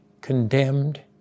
condemned